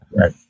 right